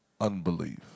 unbelief